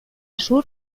sur